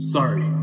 Sorry